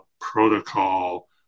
protocol